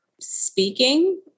speaking